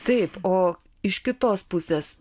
taip o iš kitos pusės